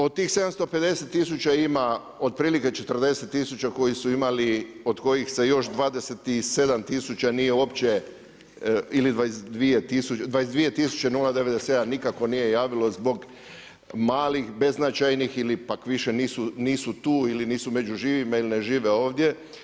Od tih 750 tisuća ima, otprilike 40 tisuća koji su imali, od kojih se još 27 tisuća nije uopće ili 22 tisuće 097 nikako nije javilo zbog malih beznačajnih ili pak više nisu tu ili nisu među živima ili ne žive ovdje.